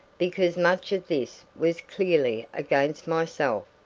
because much of this was clearly against myself.